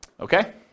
Okay